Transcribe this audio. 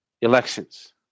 elections